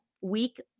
week